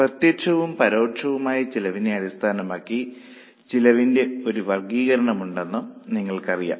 പ്രത്യക്ഷവും പരോക്ഷവുമായ ചെലവിനെ അടിസ്ഥാനമാക്കി ചെലവിന്റെ ഒരു വർഗ്ഗീകരണം ഉണ്ടെന്നും നിങ്ങൾക്കറിയാം